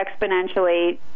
exponentially